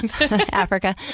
Africa